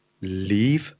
leave